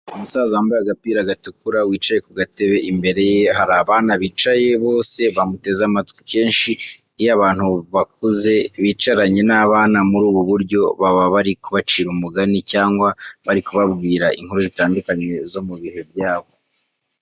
Umusaza wambaye agapira gatukura wicaye ku gatebe, imbere ye hari abana bicaye bose bamuteze amatwi. Kenshi iyo abantu bakuze bicaranye n'abana muri ubu buryo baba bari kubacira umugani cyangwa bari kubabwira inkuru zitandukanye zo mu bihe byabo.